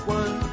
one